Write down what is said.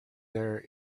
there